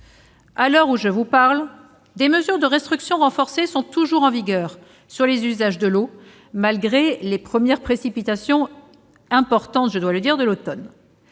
À l'heure où je vous parle, des mesures de restriction renforcées sont toujours en vigueur pour les usages de l'eau, malgré les premières précipitations importantes de l'automne.